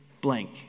blank